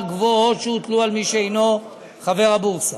גבוהות שהוטלו על מי שאינו חבר הבורסה.